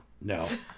No